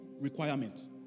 requirement